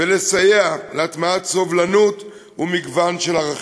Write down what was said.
ולסייע להטמעת סובלנות ומגוון של ערכים.